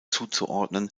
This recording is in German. zuzuordnen